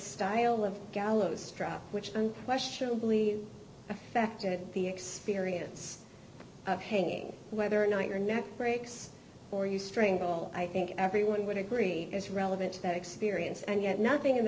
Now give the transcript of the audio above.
style of gallows drop which unquestionably affected the experience of painting whether or not your neck breaks or you strangle i think everyone would agree is relevant to that experience and yet nothing in the